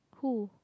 who